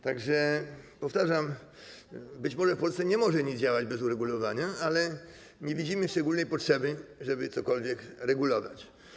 Tak że powtarzam: być może w Polsce nie może to działać bez uregulowania, ale nie widzimy szczególnej potrzeby, żeby cokolwiek regulować.